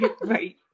Right